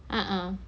ah ah